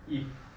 if